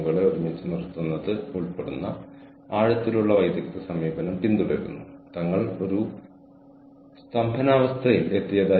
നമ്മൾ ചിന്തിക്കാൻ ആഗ്രഹിക്കുന്നു നമ്മൾ നമ്മളുടെ ജോലി നന്നായി ചെയ്യുന്നു അതാണ് സംഘടനാപരമായ ഇടപെടൽ